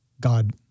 God